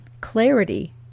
clarity